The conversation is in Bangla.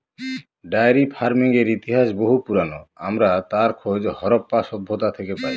ডায়েরি ফার্মিংয়ের ইতিহাস বহু পুরোনো, আমরা তার খোঁজ হরপ্পা সভ্যতা থেকে পাই